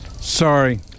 Sorry